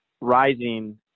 rising